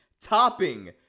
Topping